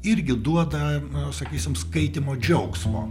irgi duoda a sakysim skaitymo džiaugsmo